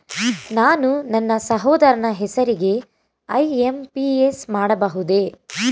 ನಾನು ನನ್ನ ಸಹೋದರನ ಹೆಸರಿಗೆ ಐ.ಎಂ.ಪಿ.ಎಸ್ ಮಾಡಬಹುದೇ?